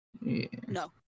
No